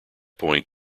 point